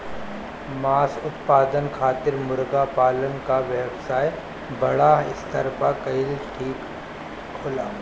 मांस उत्पादन खातिर मुर्गा पालन क व्यवसाय बड़ा स्तर पर कइल ठीक होला